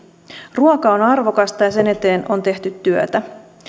ruoka on arvokasta ja sen eteen on tehty työtä